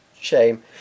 Shame